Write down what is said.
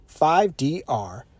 5DR